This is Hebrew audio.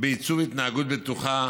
בעיצוב התנהגות בטוחה